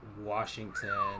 Washington